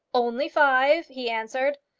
only five, he answered.